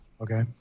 Okay